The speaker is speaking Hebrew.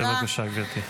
בבקשה, גברתי.